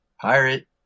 pirate